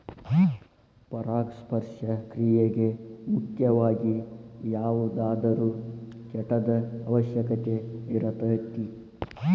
ಪರಾಗಸ್ಪರ್ಶ ಕ್ರಿಯೆಗೆ ಮುಖ್ಯವಾಗಿ ಯಾವುದಾದರು ಕೇಟದ ಅವಶ್ಯಕತೆ ಇರತತಿ